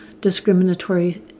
discriminatory